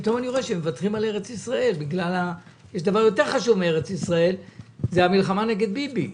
החרדי קיבל את ההודעה על ההפוגה ביום חמישי,